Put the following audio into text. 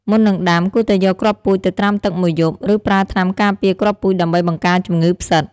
មុននឹងដាំ គួរតែយកគ្រាប់ពូជទៅត្រាំទឹកមួយយប់ ឬប្រើថ្នាំការពារគ្រាប់ពូជដើម្បីបង្ការជំងឺផ្សិត។